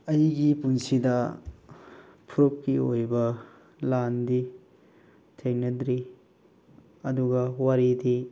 ꯑꯩꯒꯤ ꯄꯨꯟꯁꯤꯗ ꯐꯨꯔꯨꯞꯀꯤ ꯑꯣꯏꯕ ꯂꯥꯟꯗꯤ ꯊꯦꯡꯅꯗ꯭ꯔꯤ ꯑꯗꯨꯒ ꯋꯥꯔꯤꯗꯤ